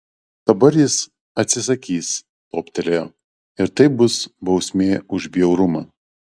dabar jis atsisakys toptelėjo ir tai bus bausmė už bjaurumą